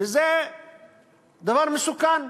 וזה דבר מסוכן.